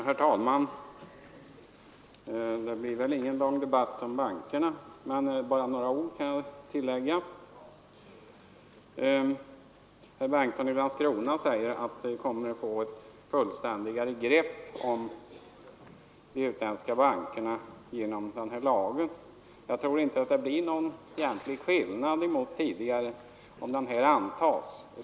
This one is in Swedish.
Herr talman! Det blir väl ingen lång debatt om bankerna, men några ord kan jag tillägga. Herr Bengtsson i Landskrona säger att vi kommer att få ett fullständigare grepp om de utländska bankerna genom den nu föreslagna lagen. Jag tror inte att det blir någon egentlig skillnad mot tidigare, om förslaget antas.